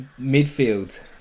Midfield